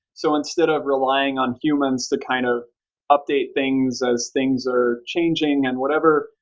so instead of relying on humans to kind of update things as things are changing and whatever,